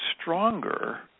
stronger